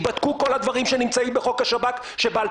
כפי שצוין גם במסמך שהועבר אליכם וגם בהחלטה של הממשלה,